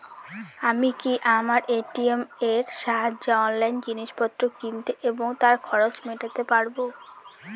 আমি কি আমার এ.টি.এম এর সাহায্যে অনলাইন জিনিসপত্র কিনতে এবং তার খরচ মেটাতে পারব?